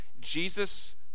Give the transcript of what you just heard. Jesus